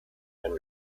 and